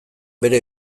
bere